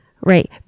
Right